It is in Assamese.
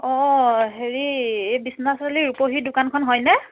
অঁ হেৰি এই বিশ্বনাথ চাৰিআলি ৰূপহী দোকানখন হয়নে